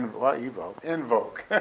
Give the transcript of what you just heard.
well evoke? invoke,